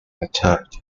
notoriety